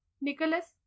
Nicholas